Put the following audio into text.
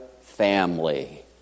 family